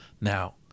Now